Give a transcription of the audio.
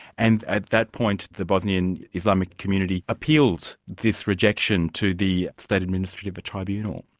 and at that point the bosnian islamic community appealed this rejection to the state administrative but tribunal.